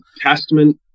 Testament